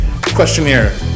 questionnaire